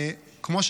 אני